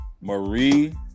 Marie